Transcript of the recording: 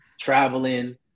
traveling